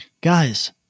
guys